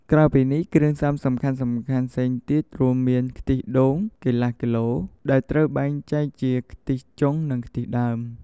ក្រៅពីនេះ គ្រឿងផ្សំសំខាន់ៗផ្សេងទៀតរួមមាន ខ្ទិះដូង កន្លះគីឡូក្រាម ដែលត្រូវបែងចែកជាខ្ទិះចុង និងខ្ទិះដើម។